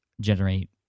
generate